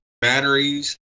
batteries